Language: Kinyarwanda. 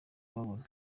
kubabona